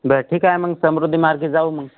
बरं ठीक आहे मग समुद्रमार्गे जाऊ मग